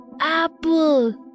apple